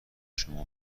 شما